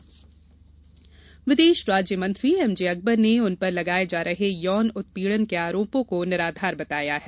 MJ Akbar विदेश राज्य मंत्री एमजेअकबर ने उन पर लगाये जा रहे यौन उत्पीडन के आरोपों को निराधार बताया है